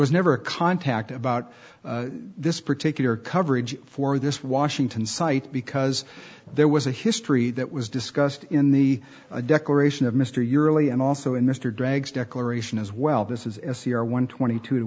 was never a contact about this particular coverage for this washington site because there was a history that was discussed in the declaration of mr your early and also in mr drags declaration as well this is a c r one twenty two to